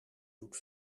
doet